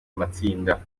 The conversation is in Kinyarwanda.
amatsinda